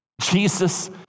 Jesus